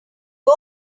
let